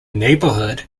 neighbourhood